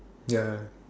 ya